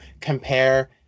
compare